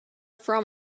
from